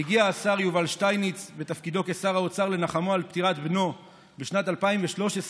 הגיע השר יובל שטייניץ בתפקידו כשר האוצר לנחמו על פטירת בנו בשנת 2013,